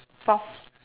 fourth